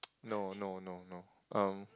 no no no no um